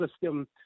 system